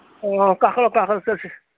ꯑꯣ ꯀꯥꯈꯠꯂꯛꯑꯣ ꯀꯥꯈꯠꯂꯛꯑꯣ ꯆꯠꯁꯤ